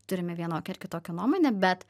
turime vienokią ar kitokią nuomonę bet